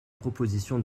proposition